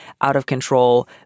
out-of-control